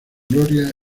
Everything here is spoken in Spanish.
gloria